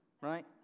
right